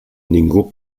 ningú